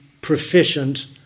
proficient